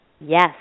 Yes